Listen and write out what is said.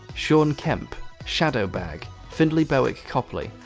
shawn kemp, shadow bag, findley bowick copley,